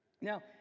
Now